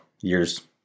years